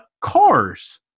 Cars